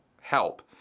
help